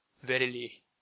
verily